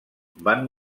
van